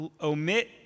omit